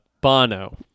Bono